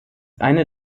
eine